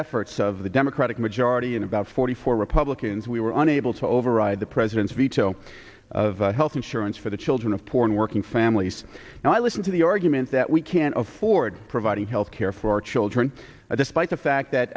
efforts of the democratic majority in about forty four republicans we were unable to override the president's veto of health insurance for the children of poor and working families and i listened to the argument that we can't afford providing health care for our children despite the fact that